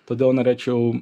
todėl norėčiau